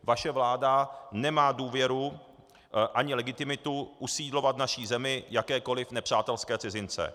Vaše vláda nemá důvěru ani legitimitu usídlovat v naší zemi jakékoliv nepřátelské cizince.